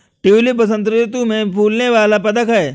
tulip बसंत ऋतु में फूलने वाला पदक है